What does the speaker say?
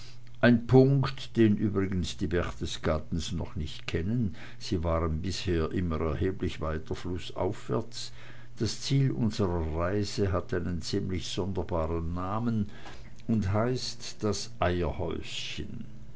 ein punkt den übrigens die berchtesgadens noch nicht kennen sie waren bisher immer erheblich weiter flußaufwärts das ziel unsrer reise hat einen ziemlich sonderbaren namen und heißt das eierhäuschen